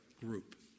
group